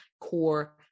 core